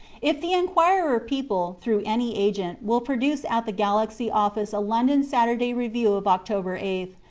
if the enquirer people, through any agent, will produce at the galaxy office a london saturday review of october eighth,